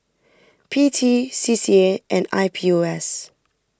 P T C C A and I P O S